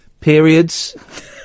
Periods